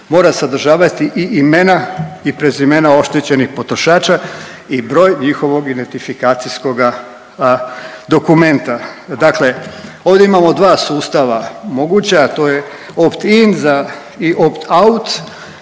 mora sadržavati i imena i prezimena oštećenih potrošača i broj njihovog identifikacijskoga dokumenta. Dakle, ovdje imamo dva sustava moguća, a to je Opt-in za Opt-out,